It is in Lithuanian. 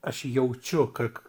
aš jaučiu ka k